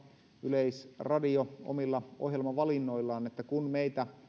yleisradio omilla ohjelmavalinnoillaan että kun meitä